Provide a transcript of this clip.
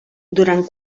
durant